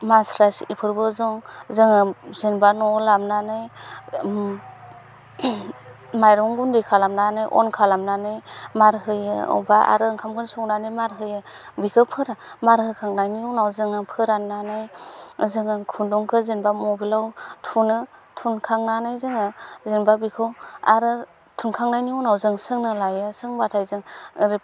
मास्राइस बेफोरखौ जों जोङो जेनेबा न'आव लाबोनानै माइरं गुन्दै खालामनानै अन खालामनानै मार होयो बबेबा आरो ओंखामखौनो संनानै मार होयो बेखौ मार होखांनायनि उनाव जोङो फोराननानै जोङो खुन्दुंखौ जेनेबा मबिलाव थुनो थुनखांनानै जोङो जों दा बेखौ आरो थुनखांनायनि उनाव जों सोंना लायो सोंबाथाय जों ओरै